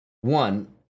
One